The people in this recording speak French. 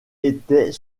étaient